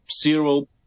zero